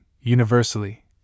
universally